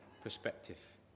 perspective